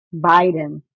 Biden